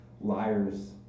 Liars